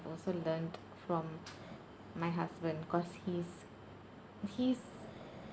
also learnt from my husband cause he's he's